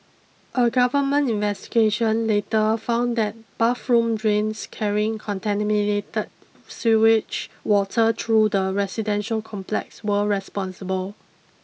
a government investigation later found that bathroom drains carrying contaminated sewage water through the residential complex were responsible